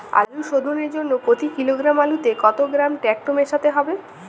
আলু শোধনের জন্য প্রতি কিলোগ্রাম আলুতে কত গ্রাম টেকটো মেশাতে হবে?